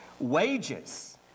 Wages